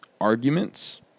arguments